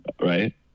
right